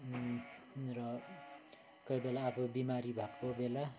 र कोही बेला आफू बिमारी भएको बेला